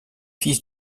fils